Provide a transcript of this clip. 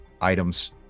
items